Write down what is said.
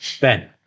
Ben